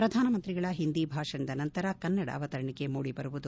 ಪ್ರಧಾನ ಮಂತ್ರಿಗಳ ಹಿಂದಿ ಭಾಷಣದ ನಂತರ ಕನ್ನಡ ಆವತರಣಿಕೆ ಮೂಡಿ ಬರುವುದು